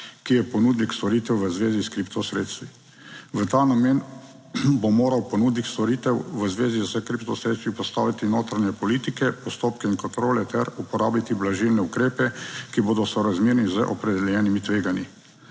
ki je ponudnik storitev v zvezi s kripto sredstvi. V ta namen bo moral ponudnik storitev v zvezi s kripto sredstvi postaviti notranje politike, postopke in kontrole ter uporabiti blažilne ukrepe, ki bodo sorazmerni z opredeljenimi tveganji.